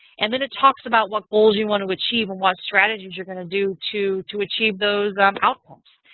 and then it talks about what goals you want to achieve and what strategies you're going to do to to achieve those ah um outcomes.